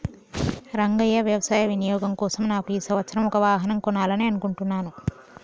రంగయ్య వ్యవసాయ వినియోగం కోసం నాకు ఈ సంవత్సరం ఒక వాహనం కొనాలని అనుకుంటున్నాను